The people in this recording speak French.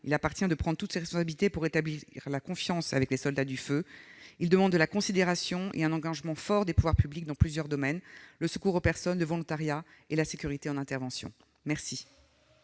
il appartient de prendre toutes ses responsabilités pour rétablir la confiance avec les soldats du feu. Ils demandent de la considération et un engagement fort des pouvoirs publics dans plusieurs domaines : le secours aux personnes, le volontariat et la sécurité en intervention. La